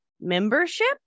membership